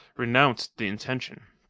renounced the intention.